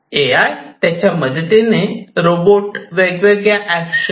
ए I त्याच्या मदतीने robot वेगवेगळ्या एक्शन